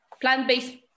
plant-based